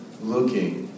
looking